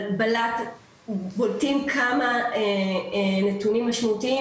בולטים כמה נתונים משמעותיים,